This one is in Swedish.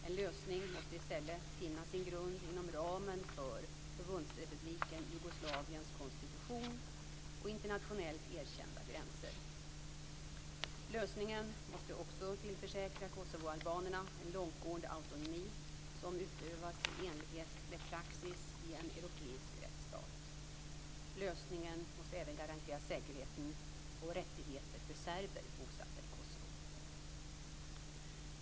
En lösning måste i stället finna sin grund inom ramen för Förbundsrepubliken Jugoslaviens konstitution och internationellt erkända gränser. Lösningen måste dock tillförsäkra kosovoalbanerna en långtgående autonomi som utövas i enlighet med praxis i en europeisk rättsstat. Lösningen måste även garantera säkerheten och rättigheter för serber bosatta i Kosovo.